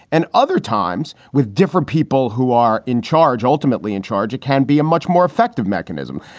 and other times, with different people who are in charge, ultimately in charge, it can be a much more effective mechanism.